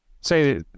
say